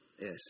Yes